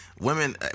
women